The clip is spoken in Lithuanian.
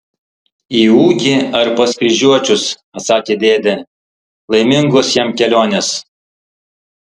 į ūkį ar pas kryžiuočius atsakė dėdė laimingos jam kelionės